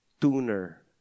tuner